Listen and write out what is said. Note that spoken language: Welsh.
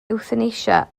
ewthanasia